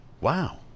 Wow